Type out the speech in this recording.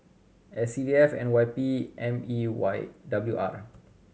S C D F N Y P M E W R